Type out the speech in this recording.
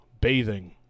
Bathing